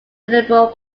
liberal